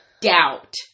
doubt